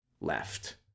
left